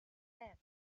said